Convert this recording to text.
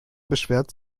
beschwerte